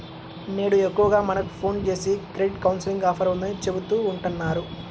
నేడు ఎక్కువగా మనకు ఫోన్ జేసి క్రెడిట్ కౌన్సిలింగ్ ఆఫర్ ఉందని చెబుతా ఉంటన్నారు